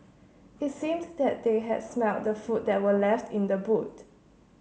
it seemed that they had smelt the food that were left in the boot